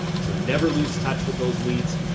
so never lose touch with those leads.